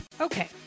Okay